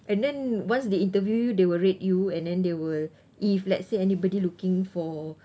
and then once they interview you they will rate you and then they will if let's say anybody looking for